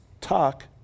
talk